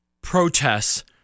protests